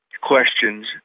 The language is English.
questions